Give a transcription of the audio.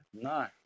No